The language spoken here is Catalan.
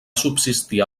subsistir